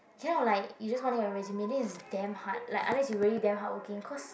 cannot like you just want to do it for resume then it's damn hard like unless you really damn hard working cause